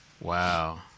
Wow